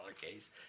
case